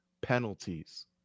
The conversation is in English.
penalties